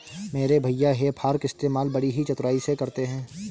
मेरे भैया हे फार्क इस्तेमाल बड़ी ही चतुराई से करते हैं